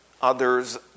other's